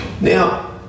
now